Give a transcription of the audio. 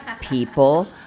people